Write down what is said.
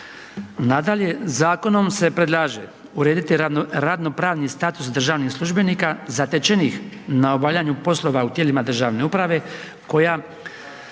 Nadalje, zakonom se predlaže urediti radno-pravni status državnih službenika zatečenih na obavljanju poslova u tijelima državne uprave koja